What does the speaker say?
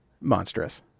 Monstrous